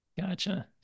Gotcha